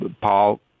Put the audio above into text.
Paul